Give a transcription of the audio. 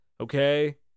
Okay